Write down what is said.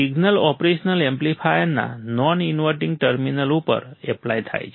signal operation એમ્પ્લીફાયરના non inverting terminal ઉપર apply થાય છે